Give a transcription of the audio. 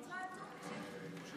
מה עשינו?